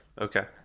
okay